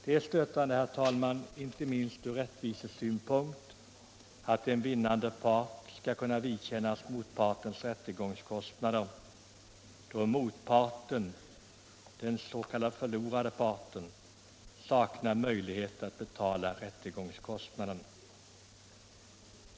Det är stötande, herr talman, inte minst ur rättvisesynpunkt att en vinnande part skall kunna vidkännas motpartens rättegångskostnader då motparten — den s.k. förlorande parten — saknar möjlighet att betala rättegångskostnaden.